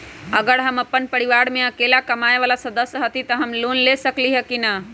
अगर हम अपन परिवार में अकेला कमाये वाला सदस्य हती त हम लोन ले सकेली की न?